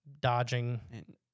dodging